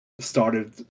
started